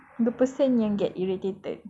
the person yang get irritated